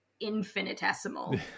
infinitesimal